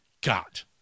got